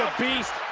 beast,